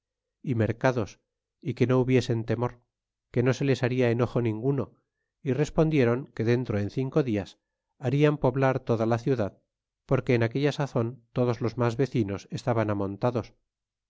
e mercados é que no hubiesen temor que no se les baria enojo ninguno y respondieron que dentro en cinco dias harian poblar toda la ciudad porque en aquella sazon todos los mas vecinos estaban montados é